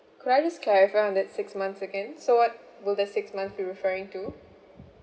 could I just clarify on that six months again so what will the six months be referring to